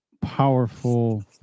powerful